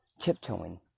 Tiptoeing